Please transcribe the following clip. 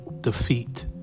defeat